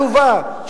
עלובה,